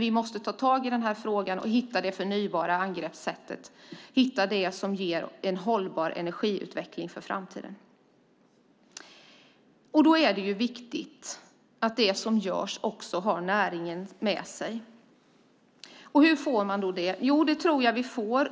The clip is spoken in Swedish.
Vi måste ta itu med frågan och hitta det förnybara angreppssättet, det som ger en hållbar energiutveckling för framtiden. Det är viktigt att det som görs har näringen med sig. Hur får man det? Jo,